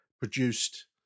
produced